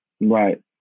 Right